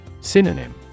Synonym